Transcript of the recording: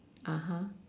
(uh huh)